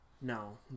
No